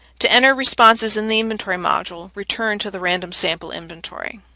to enter responses in the inventory module, return to the random sample inventory.